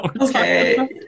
Okay